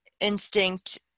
instinct